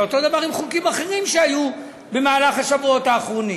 ואותו הדבר עם חוקים אחרים שהיו בשבועות האחרונים.